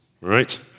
right